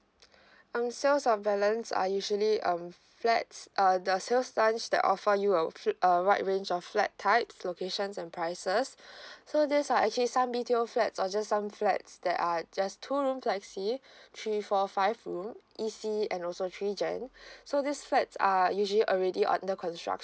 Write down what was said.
um sales of balance are usually um flats uh the sales launch that offer you a fl~ uh wide range of flat types locations and prices so these are actually some B_T_O flats or just some flats that are just two room flexi three four five room E_C and also three gen so these flats are usually already on the construction